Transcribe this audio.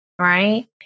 Right